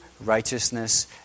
righteousness